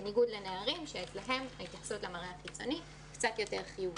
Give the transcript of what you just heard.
בניגוד לכך שאצל נערים ההתייחסות למראה החיצוני קצת יותר חיובית.